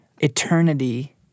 eternity